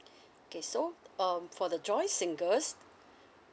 okay so um for the joint singles